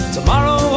Tomorrow